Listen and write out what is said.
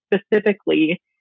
specifically